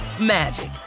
magic